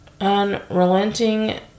unrelenting